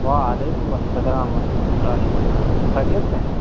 وعلیکم السّلام ورحمتہ اللہ و برکاتہ خیریت سے ہیں